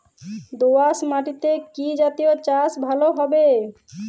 দোয়াশ মাটিতে কি জাতীয় চাষ ভালো হবে?